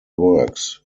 works